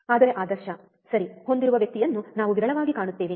ಆದರೆ ಆದರ್ಶ ಸರಿ ಹೊಂದಿರುವ ವ್ಯಕ್ತಿಯನ್ನು ನಾವು ವಿರಳವಾಗಿ ಕಾಣುತ್ತೇವೆ